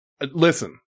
Listen